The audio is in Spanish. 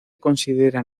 considera